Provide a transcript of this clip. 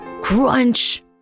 Crunch